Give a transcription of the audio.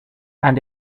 and